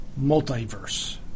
multiverse